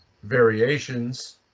variations